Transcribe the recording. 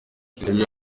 teteri